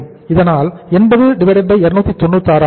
இதனால் 80296 ஆக இருக்கும்